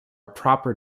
proper